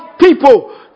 people